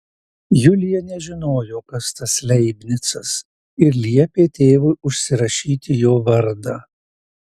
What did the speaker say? julija nežinojo kas tas leibnicas ir liepė tėvui užsirašyti jo vardą